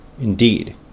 Indeed